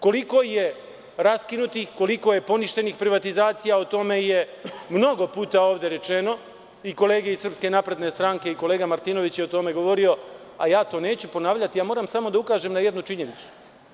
Koliko je raskinutih, koliko je poništenih privatizacija o tome je mnogo puta ovde rečeno i kolege iz SNS i kolega Martinović je o tome govorio, a ja to neću ponavljati, samo moram da ukažem na jednu činjenicu.